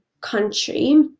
country